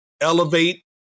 elevate